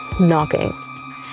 knocking